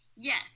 Yes